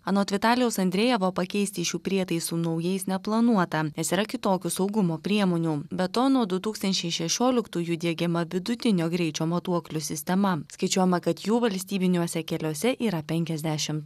anot vitalijaus andrejevo pakeisti šių prietaisų naujais neplanuota nes yra kitokių saugumo priemonių be to nuo du tūkstančiai šešioliktųjų diegiama vidutinio greičio matuoklių sistema skaičiuojama kad jų valstybiniuose keliuose yra penkiasdešimt